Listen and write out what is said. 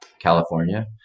California